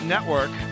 Network